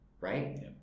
right